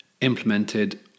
implemented